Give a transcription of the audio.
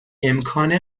امکان